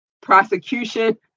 prosecution